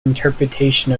interpretation